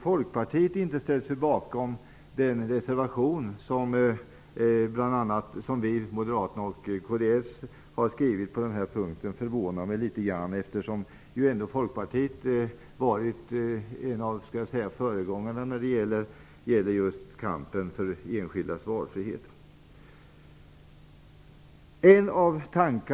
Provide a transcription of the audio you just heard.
Folkpartiet inte har ställt sig bakom den reservation och vi moderater och kds tillsammans har avgivit på den här punkten förvånar mig litet, eftersom Folkpartiet ändå har varit en av föregångarna när det gäller kampen för enskildas valfrihet.